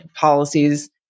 policies